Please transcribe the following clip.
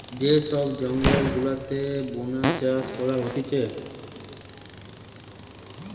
যে সব জঙ্গল গুলাতে বোনে চাষ করা হতিছে